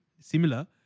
similar